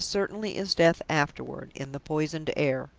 as certainly as death afterward, in the poisoned air.